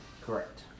Correct